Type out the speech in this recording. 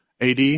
AD